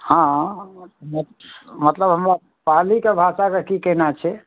हँ मतलब हमरा पालीके भाषाके की केना छै